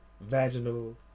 vaginal